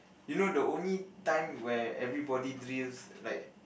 you know the only time where everybody drills like